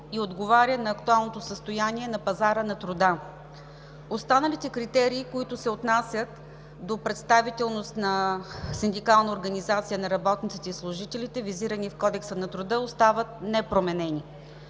и отговоря на актуалното състояние на пазара на труда. Останалите критерии, които се отнасят до представителност на синдикална организация на работниците и служителите, визирани в Кодекса на труда, остават непроменени.